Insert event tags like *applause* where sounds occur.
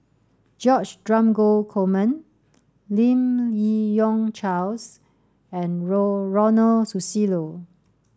George Dromgold Coleman Lim Yi Yong Charles and *unintelligible* Ronald Susilo